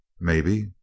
Maybe